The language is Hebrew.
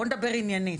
בוא נדבר עניינית.